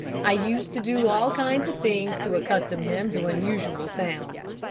i used to do all kinds of things to accustom him to unusual sounds.